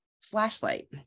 flashlight